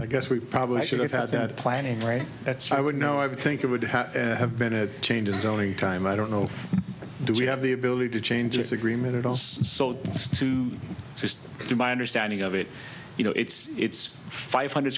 i guess we probably should have thought that planning right that's i would know i would think it would have been it changes only time i don't know do we have the ability to change this agreement at all so to just do my understanding of it you know it's it's five hundred